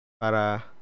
para